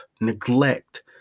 neglect